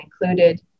included